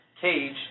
cage